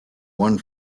one